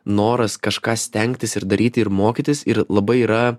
noras kažką stengtis ir daryti ir mokytis ir labai yra